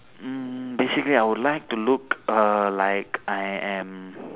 mm basically I would like to look err like I am